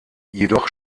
jedoch